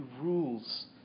rules